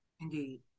Indeed